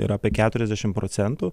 yra apie keturiasdešim procentų